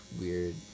weird